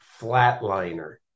flatliner